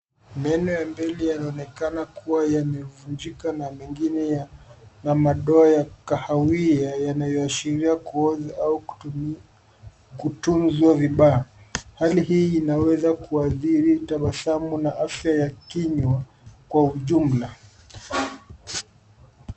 Meno ya mbele yanaonekana kuwa yamevunjika na mengine yana madoa ya kahawia yanayoashiria kuoza au kutunzwa vibaya. Hali hii inaweza kuathiri tabasamu na afya ya kinywa kwa ujumla.